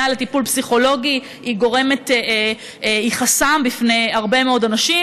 לטיפול פסיכולוגי הוא חסם בפני הרבה מאוד אנשים,